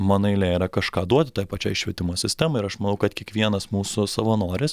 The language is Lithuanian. mano eilė yra kažką duoti toj pačioj švietimo sistemoj ir aš manau kad kiekvienas mūsų savanoris